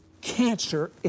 Cancer